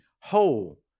whole